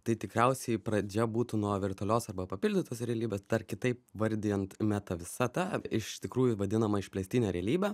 tai tikriausiai pradžia būtų nuo virtualios arba papildytos realybės dar kitaip vardijant meta visata iš tikrųjų vadinama išplėstine realybe